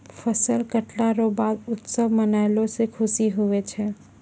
फसल लटला रो बाद उत्सव मनैलो से खुशी हुवै छै